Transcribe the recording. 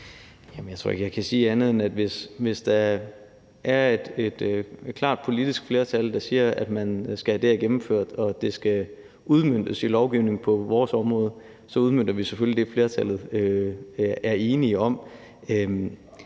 jeg tror ikke, jeg kan sige andet end, at hvis der er et klart politisk flertal, der siger, at man skal have det her gennemført, og at det skal udmøntes i lovgivning på vores område, så udmønter vi selvfølgelig det, som flertallet er enige om.